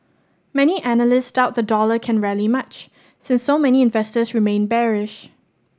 many analysts doubt the dollar can rally much since so many investors remain bearish